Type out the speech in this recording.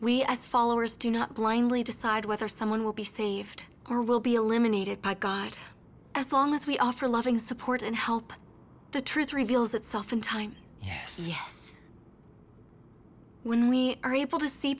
as followers do not blindly decide whether someone will be saved or will be eliminated by god as long as we offer loving support and help the truth reveals itself in time yes yes when we are able to see